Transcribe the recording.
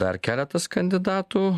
dar keletas kandidatų